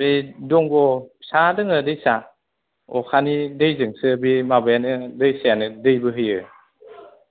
बे दंग साहा दोङो दैसा अखानि दैजोंसो बे माबायानो दैसायानो दै बोहैयो